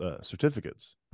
certificates